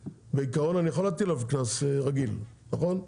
בעיקרון אני יכול להטיל עליו קנס רגיל, נכון?